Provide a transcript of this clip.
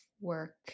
work